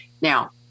Now